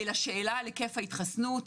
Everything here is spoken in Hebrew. לשאלה על היקף ההתחסנות,